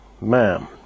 Ma'am